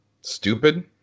stupid